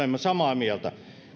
samaa mieltä